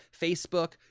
Facebook